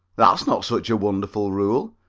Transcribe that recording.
that's not such a wonderful rule,